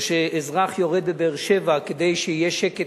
או שאזרח יורד בבאר-שבע כדי שיהיה שקט,